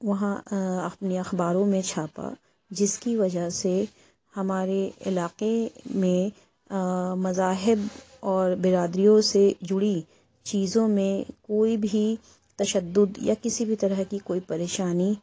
وہاں اپنے اخباروں میں چھاپا جس کی وجہ سے ہمارے علاقے میں مذاہب اور برادریوں سے جُڑی چیزوں میں كوئی بھی تشّدد یا كسی بھی طرح كی کوئی پریشانی